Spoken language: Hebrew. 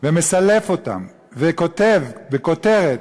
ומסלף אותם וכותב בכותרת: